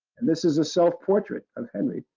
and this is a self-portrait of henry,